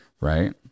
right